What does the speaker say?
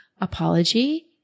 apology